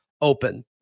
open